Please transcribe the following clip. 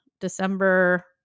December